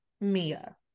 Mia